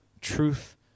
Truth